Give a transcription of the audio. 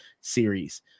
Series